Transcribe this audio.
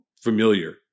familiar